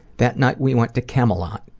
that night we went to camelot,